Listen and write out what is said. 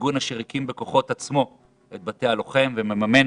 ארגון אשר הקים בכוחות עצמו את בתי הלוחם ומממן